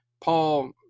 paul